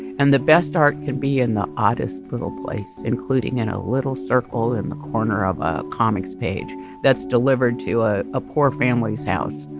and the best art can be in the oddest little place, including in a little circle in the corner of ah comics page that's delivered to ah a poor family's house,